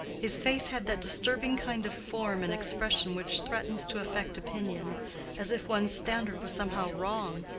his face had that disturbing kind of form and expression which threatens to affect opinion as if one's standard was somehow wrong.